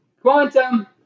Quantum